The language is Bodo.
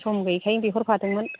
सम गैयिखायनो बिहरफादोंमोन